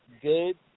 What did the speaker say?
good